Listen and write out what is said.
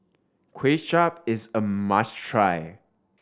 Kuay Chap is a must try